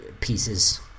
pieces